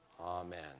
Amen